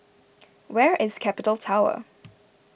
where is Capital Tower